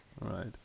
right